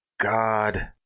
God